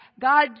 god